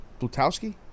Blutowski